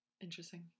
interesting